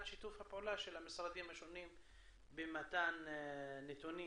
שיתוף הפעולה של המשרדים השונים במתן נתונים,